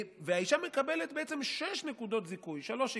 והאישה מקבלת שש נקודות זיכוי, שלוש היא